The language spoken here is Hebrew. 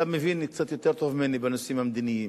אתה מבין קצת יותר טוב ממני בנושאים המדיניים.